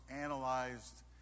analyzed